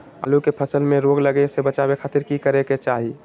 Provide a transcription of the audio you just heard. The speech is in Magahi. आलू के फसल में रोग लगे से बचावे खातिर की करे के चाही?